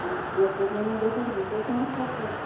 کوٹ پتلونس گَژھن زٕ ژور پانٛژھ ساس حظ